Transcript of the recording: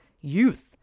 youth